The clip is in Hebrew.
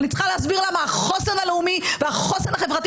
אני צריכה להסביר למה החוסן הלאומי והחוסן החברתי